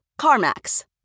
CarMax